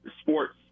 sports